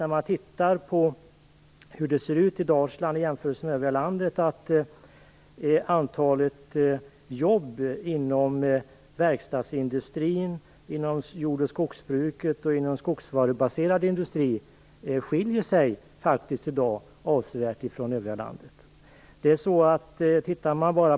Om man tittar på hur det ser ut i Dalsland i jämförelse med övriga landet ser man att andelen jobb inom verkstadsindustrin, inom jord och skogsbruket och inom skogsvarubaserad industri skiljer sig avsevärt från motsvarande andel i övriga landet.